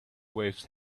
waves